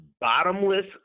bottomless